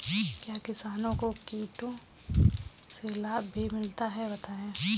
क्या किसानों को कीटों से लाभ भी मिलता है बताएँ?